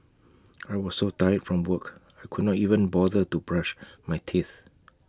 I was so tired from work I could not even bother to brush my teeth